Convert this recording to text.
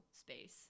space